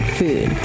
food